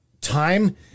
time